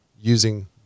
using